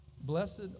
Blessed